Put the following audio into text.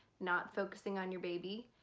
not focusing on your baby,